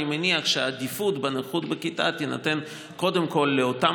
אני מניח שהעדיפות בנוכחות בכיתה תינתן קודם כול לאותן